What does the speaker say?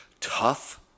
Tough